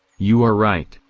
you are right,